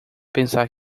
pensar